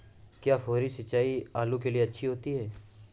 क्या फुहारी सिंचाई आलू के लिए अच्छी होती है?